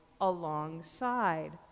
alongside